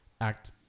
act